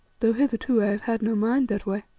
though hitherto i have had no mind that way.